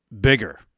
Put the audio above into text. bigger